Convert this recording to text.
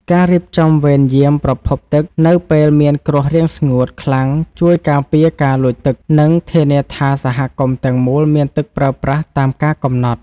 ការរៀបចំវេនយាមប្រភពទឹកនៅពេលមានគ្រោះរាំងស្ងួតខ្លាំងជួយការពារការលួចទឹក និងធានាថាសហគមន៍ទាំងមូលមានទឹកប្រើប្រាស់តាមការកំណត់។